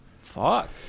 Fuck